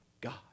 God